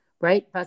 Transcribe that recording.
right